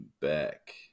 back